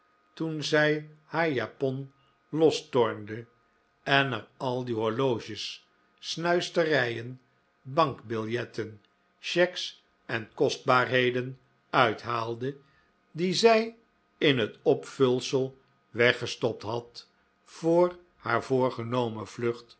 toen zij haar japon lostornde en er al die horloges snuisterijen bankbiljetten cheques en kostbaarheden uithaalde die zij in het opvulsel weggestopt had voor haar voorgenomen vlucht